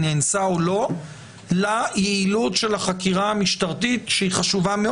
נאנסה או לא ליעילות של החקירה המשטרתית שהיא חשובה.